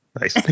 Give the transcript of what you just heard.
Nice